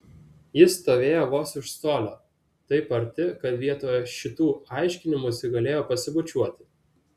jis stovėjo vos už colio taip arti kad vietoje šitų aiškinimųsi galėjo pasibučiuoti